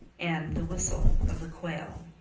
and the whistle of the quail